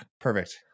Perfect